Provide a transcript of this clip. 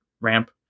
ramp